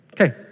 Okay